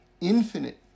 infinite